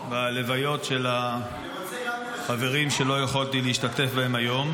בלוויות של החברים שלא יכולתי להשתתף בהן היום,